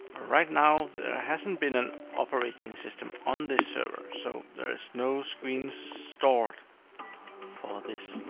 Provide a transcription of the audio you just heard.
right now, there hasn't been an operating system on this server, so there's no screen stored for this,